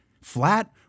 flat